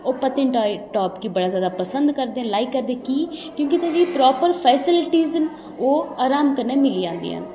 ओह् पत्नीटॉप गी बड़ा जादा पसंद करदे न लाइक करदे कीऽ क्योंकि उत्थें जेह्ड़ी प्रॉपर फैसिलिटीस न ओह् आराम कन्नै मिली जांदियां न